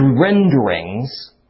renderings